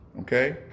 Okay